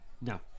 no